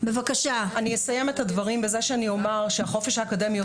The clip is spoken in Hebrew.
אסיים את הדברים בכך שאומר שהחופש האקדמי,